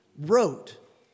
wrote